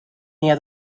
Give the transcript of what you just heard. near